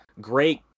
great